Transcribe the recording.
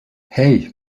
hei